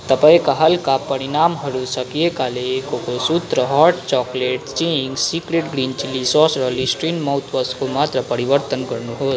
तपाईँका हालका परिमाणहरू सकिएकाले Cocosutra hot chocolate Ching's secret green chilli sauce र लिस्टरिन माउथवासको मात्रा परिवर्तन गर्नुहोस्